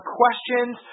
questions